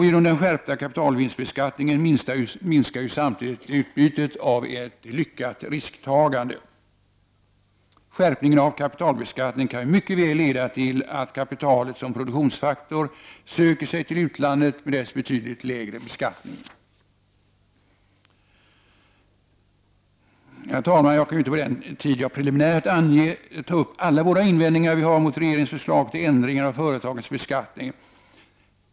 Genom den skärpta kapitalvinstbeskattningen minskar samtidigt utbytet av ett lyckat risktagande. Skärpningen av kapitalbeskattningen kan mycket väl leda till att kapitalet som produktionsfaktor söker sig till utlandet med dess betydligt lägre beskattning. Herr talman! Jag kan inte på den tid jag preliminärt angett ta upp alla våra invändningar mot regeringens förslag till ändringar av företagens beskattning.